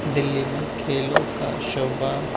دلی میں کھیلوں کا شعبہ